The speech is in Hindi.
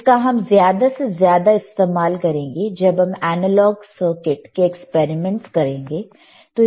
इसका हम ज्यादा से ज्यादा इस्तेमाल करेंगे जब हम एनालॉग सर्किट के एक्सपेरिमेंट्स करेंगे